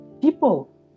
people